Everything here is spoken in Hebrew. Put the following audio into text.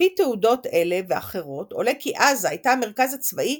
על־פי תעודות אלה ואחרות עולה כי עזה הייתה המרכז הצבאי